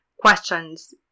questions